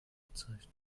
bezeichnet